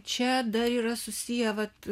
čia dar yra susiję vat